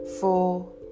four